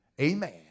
Amen